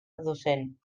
docent